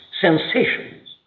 sensations